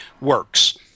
works